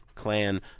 Clan